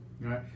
right